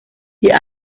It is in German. die